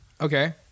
Okay